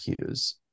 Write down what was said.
cues